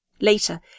later